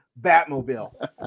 Batmobile